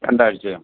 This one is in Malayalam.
രണ്ടാഴ്ചയോ